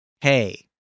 Hey